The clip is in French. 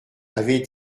avaient